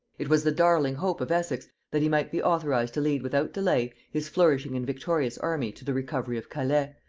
it was the darling hope of essex that he might be authorized to lead without delay his flourishing and victorious army to the recovery of calais,